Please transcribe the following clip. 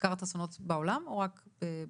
חקרת אסונות בעולם או רק בישראל?